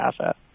asset